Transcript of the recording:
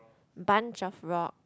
bunch of rock